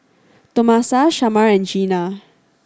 Tomasa Shamar and Jeanna